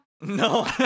No